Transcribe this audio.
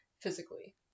physically